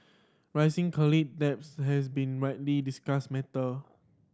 rising debts has been widely discussed matter